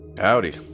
Howdy